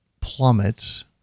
plummets